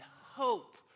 hope